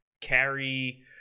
carry